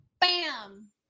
bam